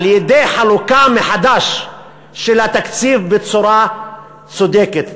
על-ידי חלוקה מחדש של התקציב בצורה צודקת.